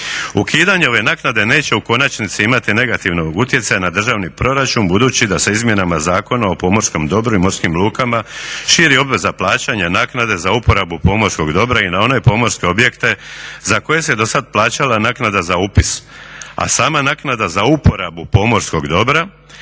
ukidanje ove naknade neće u konačnici imati negativnog utjecaja na državni proračun budući da se izmjenama Zakona o pomorskom dobru i morskim lukama širi obveza plaćanja naknade za uporabu pomorskog dobra i na one pomorske objekte za koje se do sad plaćala naknada za upis. A sama naknada za uporabu pomorskog dobra